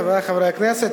חברי הכנסת,